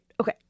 Okay